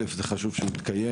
אל"ף, חשוב שהתקיים